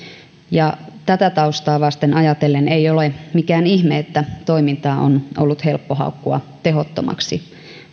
tätä taustaa vasten ajatellen ei ole mikään ihme että toimintaa on ollut helppo haukkua tehottomaksi